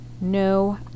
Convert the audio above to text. No